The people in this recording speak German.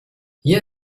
hier